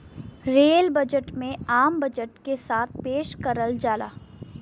rail budget में आम budget के साथ पेश करल जाला